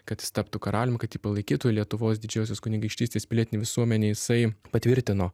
kad jis taptų karalium kad jį palaikytų lietuvos didžiosios kunigaikštystės pilietinė visuomenė jisai patvirtino